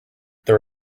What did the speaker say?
there